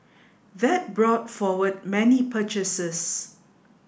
that brought forward many purchases